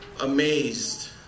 amazed